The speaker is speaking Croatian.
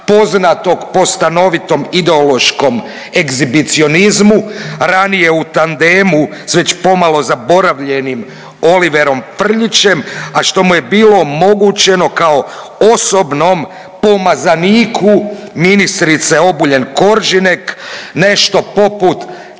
poznatog po stanovitom ideološko egzibicionizmu, ranije u tandemu s već pomalo zaboravljenim Oliverom Frljićem, a što mu je bilo omogućeno kao osobnom pomazaniku ministrice Obuljen Koržinek, nešto poput